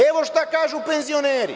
Evo šta kažu penzioneri.